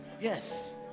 Yes